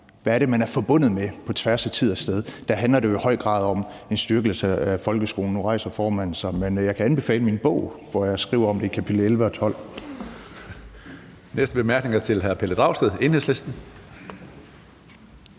hvad det er, man er forbundet med på tværs af tid og sted, handler det jo i høj grad om en styrkelse af folkeskolen. Og nu rejser formanden sig, men jeg kan anbefale min bog, hvor jeg skriver om det i kapitel 11 og 12.